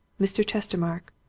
mr. chestermarke?